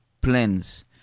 plans